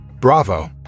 Bravo